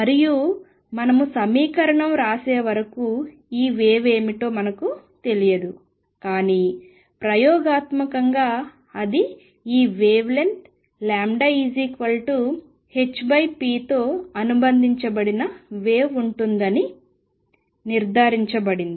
మరియు మనము సమీకరణం వ్రాసే వరకు ఈ వేవ్ ఏమిటో మనకు తెలియదు కానీ ప్రయోగాత్మకంగా అది ఈ వేవ్ లెంగ్త్ λ hpతో అనుబంధించబడిన వేవ్ ఉందని నిర్ధారించబడింది